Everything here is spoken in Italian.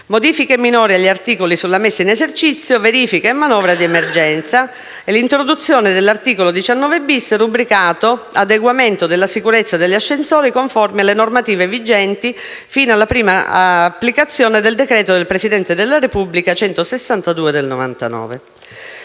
modifiche minori agli articoli sulla messa in esercizio, verifiche e manovra di emergenza; l'introduzione dell'articolo 19*-bis*, rubricato «Adeguamento della sicurezza degli ascensori conformi alle norme vigenti fino alla prima applicazione del decreto del Presidente della Repubblica 30 aprile